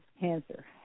cancer